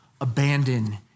abandon